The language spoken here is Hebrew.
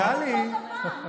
אני יושבת פה וכולכם אותו דבר.